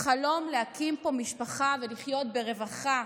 החלום להקים פה משפחה ולחיות ברווחה,